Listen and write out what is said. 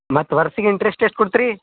ಮತ್ತು ವರ್ಷಗ ಇಂಟ್ರೆಸ್ಟ್ ಎಷ್ಟು ಕೊಡ್ತ್ರೀ